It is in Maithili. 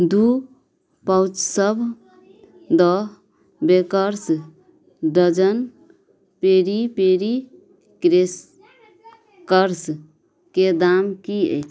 दुइ पाउच सब द बेकर्स डजन पेरीपेरी क्रेशकर्सके दाम कि अछि